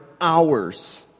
hours